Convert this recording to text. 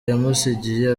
yamusigiye